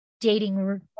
dating